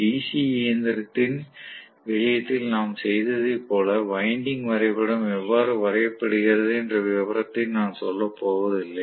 DC இயந்திரத்தின் விஷயத்தில் நாம் செய்ததைப் போல வைண்டிங் வரைபடம் எவ்வாறு வரையப்படுகிறது என்ற விவரத்தை நான் சொல்லப் போவதில்லை